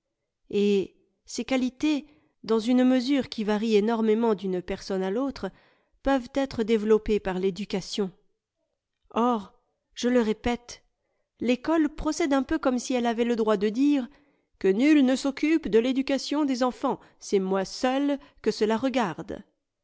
et ces qualités dans une mesure qui varie énormément d'une per sonne à l'autre peuvent être développées par l'éducation or je le répète l'ecole procède un peu comme si elle avait le droit de dire que nul ne s'occupe de réducation des enfants c'est moi seule que cela regarde